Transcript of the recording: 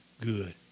good